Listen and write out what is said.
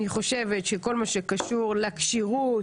אני חושבת שכל מה שקשור לכשירות,